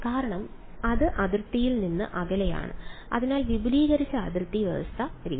കാരണം അത് അതിർത്തിയിൽ നിന്ന് അകലെയാണ് അതിനാൽ വിപുലീകരിച്ച അതിർത്തി വ്യവസ്ഥ രീതി